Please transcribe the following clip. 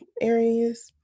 areas